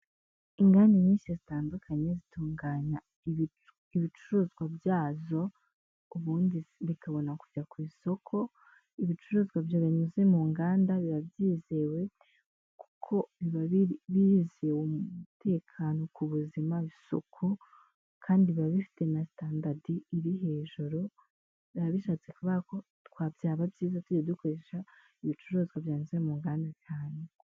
Inganda nyinshi zitandukanye zitunganya ibicuruzwa byazo, ubundi bikabona kujya ku isoko, ibicuruzwa binyuze mu nganda biba byizewe, kuko biba byizewe umutekano ku buzima, isuku kandi biba bifite na sitandadi iri hejuru, biba bishatse kuvuga ko byaba byiza tugiye dukoresha ibicuruzwa byanyuze mu nganda cyane.